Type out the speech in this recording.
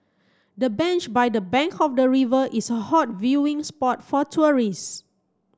the bench by the bank the river is a hot viewing spot for tourist